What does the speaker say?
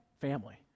family